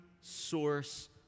source